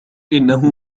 إنه